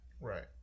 Right